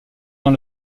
dans